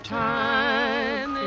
time